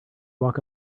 walk